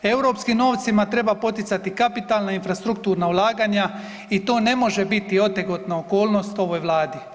Europskim novcima treba poticati kapitalna i infrastrukturna ulaganja i to ne može biti otegotna okolnost ovoj vladi.